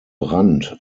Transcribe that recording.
brand